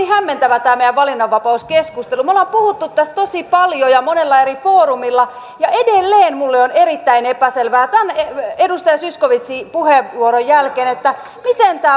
me olemme puhuneet tästä tosi paljon ja monella eri foorumilla ja edelleen minulle on erittäin epäselvää tämän edustaja zyskowiczin puheenvuoron jälkeen miten tämä valinnanvapaus nyt sitten tapahtuu